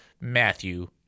Matthew